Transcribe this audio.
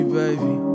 baby